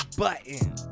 button